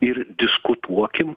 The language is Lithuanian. ir diskutuokim